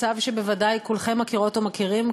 מצב שבוודאי כולכם מכירות ומכירים,